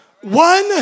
one